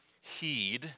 heed